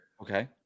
Okay